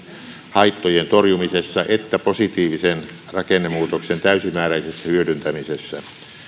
haittojen torjumisessa että positiivisen rakennemuutoksen täysimääräisessä hyödyntämisessä